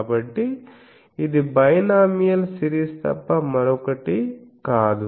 కాబట్టి ఇది binomial series తప్ప మరొకటి కాదు